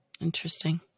Interesting